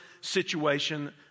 situation